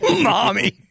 Mommy